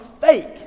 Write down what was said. fake